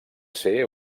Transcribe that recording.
ser